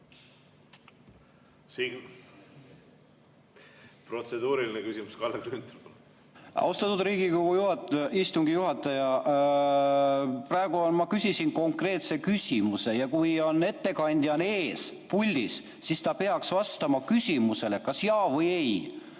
Protseduuriline küsimus, Kalle Grünthal, palun! Austatud Riigikogu istungi juhataja! Ma küsisin konkreetse küsimuse ja kui ettekandja on puldis, siis ta peaks vastama küsimusele kas jah või ei.